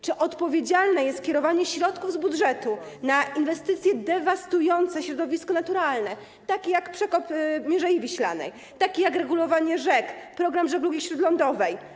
Czy odpowiedzialne jest kierowanie środków z budżetu na inwestycje dewastujące środowisko naturalne, takie jak przekop Mierzei Wiślanej, takie jak regulowanie rzek, program żeglugi śródlądowej?